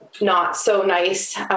not-so-nice